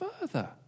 further